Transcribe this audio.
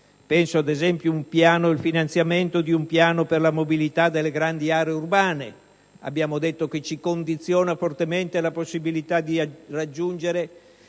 penso ad esempio al finanziamento di un piano per la mobilità nelle grandi aree urbane (abbiamo detto che ci condiziona fortemente la possibilità di raggiungere